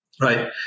Right